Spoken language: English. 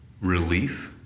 relief